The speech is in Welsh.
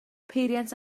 peiriant